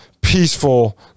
peaceful